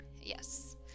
Yes